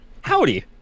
Howdy